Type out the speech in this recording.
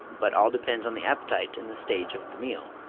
but all depends on the appetite and the stage of the meal.